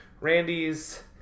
Randy's